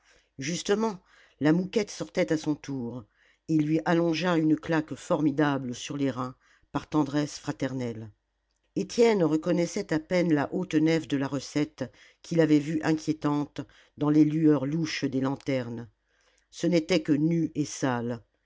justement la mouquette sortait à son tour et il lui allongea une claque formidable sur les reins par tendresse fraternelle étienne reconnaissait à peine la haute nef de la recette qu'il avait vue inquiétante dans les lueurs louches des lanternes ce n'était que nu et sale